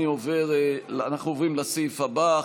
אנחנו עוברים לסעיף הבא,